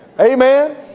Amen